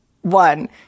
one